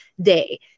day